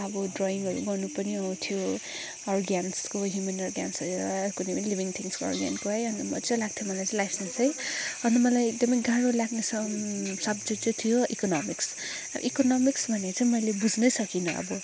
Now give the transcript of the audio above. अब ड्रइङहरू गर्नु पनि आउँथ्यो अर्ग्यान्सको ह्युमन अर्ग्यान्स हेरेर कुनै पनि लिभिङ थिङ्ग्सको अर्ग्यानको है अनि मजा लाग्थ्यो मलाई चाहिँ लाइफ साइन्स है अन्त मलाई एकदमै गाह्रो लाग्ने सब्जेक्ट चाहिँ थियो इकोनमिक्स इकोनमिक्स भन्ने चाहिँ मैले बुझ्नै सकिनँ अब